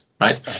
right